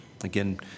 Again